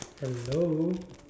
hello